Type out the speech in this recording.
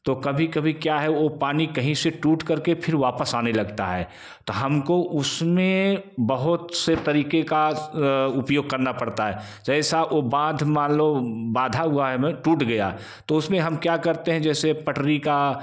तो कभी कभी क्या है वो पानी कहीं से टूट कर के फिर वापस आने लगता है तो हम को उस में बहुत से तरीक़े का उपयोग करना पड़ता है जैसा वो बाँध मान लो बाँधा हुआ है में टूट गया तो उस में हम क्या करते हैं जैसे पटरी का